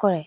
কৰে